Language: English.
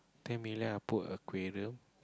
ten million I put aquarium